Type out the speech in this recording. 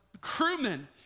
crewmen